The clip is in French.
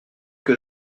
que